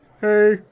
Hey